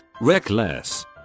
reckless